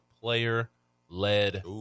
player-led